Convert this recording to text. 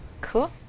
Cool